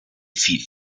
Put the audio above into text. feet